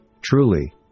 truly